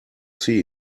see